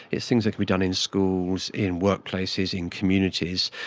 it's things that can be done in schools, in workplaces, in communities,